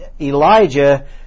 Elijah